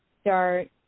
start